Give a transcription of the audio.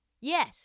Yes